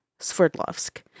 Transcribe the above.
Sverdlovsk